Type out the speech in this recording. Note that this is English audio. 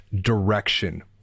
direction